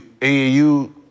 AAU